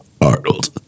Arnold